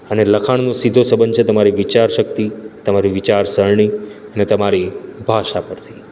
અને લખાણનો સીધો સંબંધ છે તમારી વિચારશક્તિ તમારી વિચારસરણી અને તમારી ભાષા પરથી